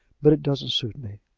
but it doesn't suit me.